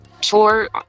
tour